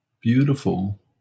beautiful